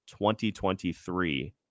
2023